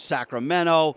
Sacramento